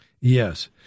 Yes